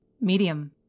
Medium